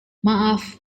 maaf